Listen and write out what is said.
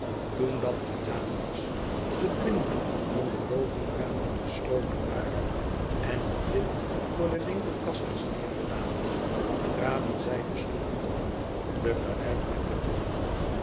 toen dat gedaan was de blinden van de bovenramen gesloten waren en het blind voor de wmkelkast was neergelaten traden zij de stoep op te gelijk met den bode